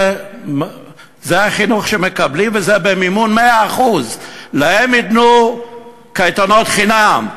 זה החינוך שמקבלים וזה במימון 100%. להם ייתנו קייטנות חינם,